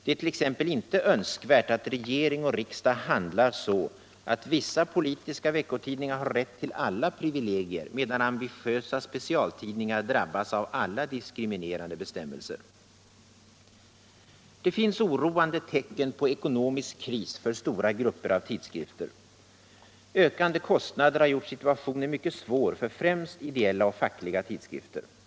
Det är t.ex. inte önskvärt att regering och riksdag handlar så, att vissa politiska veckotidningar har rätt till alla privilegier medan ambitiösa specialtidningar drabbas av alla diskriminerande bestämmelser. Det finns oroande tecken på ekonomisk kris för stora grupper av tidskrifter. Ökande kostnader har gjort situationen mycket svår för främst ideella och fackliga tidskrifter.